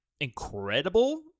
incredible